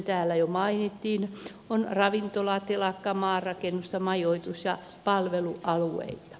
täällä jo mainittiin ravintola telakka maanrakennus majoitus ja palvelualat